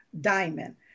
diamond